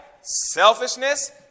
selfishness